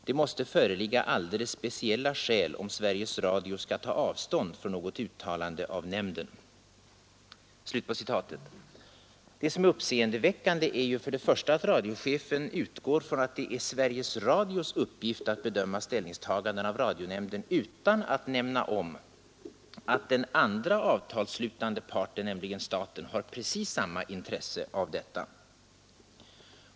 Det måste föreligga alldeles speciella skäl om Sveriges Radio skall ta avstånd från något uttalande av nämnden.” Det som är uppseendeväckande är för det första att radiochefen utgår från att det är Sveriges Radios uppgift att bedöma ställningstaganden av radionämnden — utan att omnämna att den andra avtalsslutande parten, nämligen staten, har precis samma intresse av detta.